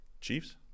Chiefs